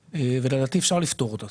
ולדעתי, אפשר לפתור אותה.